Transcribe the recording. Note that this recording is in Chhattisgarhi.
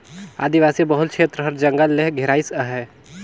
आदिवासी बहुल छेत्र हर जंगल ले घेराइस अहे